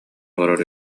олорор